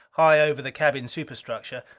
high over the cabin superstructure,